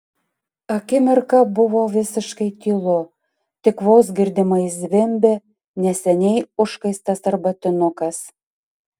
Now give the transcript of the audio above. akimirką buvo visiškai tylu tik vos girdimai zvimbė neseniai užkaistas arbatinukas